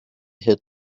hit